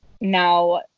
now